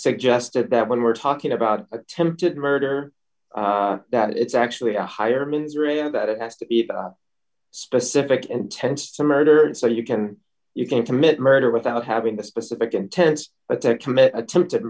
suggested that when we're talking about attempted murder that it's actually a higher means really that it has to be specific intent to murder and so you can you can commit murder without having a specific intent but don't commit attempted